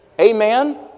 Amen